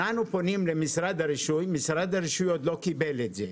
אנחנו פונים למשרד הרישוי ושם נאמר שמשרד הרישוי עוד לא קיבל את זה.